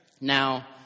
Now